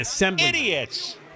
idiots